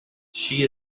she